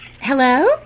Hello